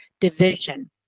division